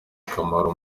akamaro